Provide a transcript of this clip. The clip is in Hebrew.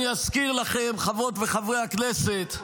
אזכיר לכם, חברות וחברי הכנסת,